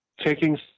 taking